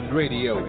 radio